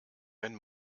wenn